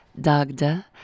Dagda